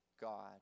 God